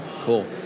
Cool